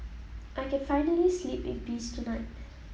I can finally sleep in peace tonight